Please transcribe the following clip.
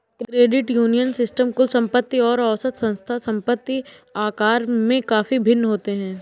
credit union system कुल संपत्ति और औसत संस्था संपत्ति आकार में काफ़ी भिन्न होते हैं